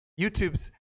YouTube's